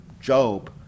Job